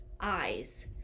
eyes